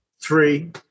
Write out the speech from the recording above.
three